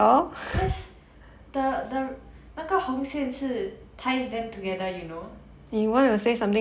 yes the the 那个红线是 ties them together you know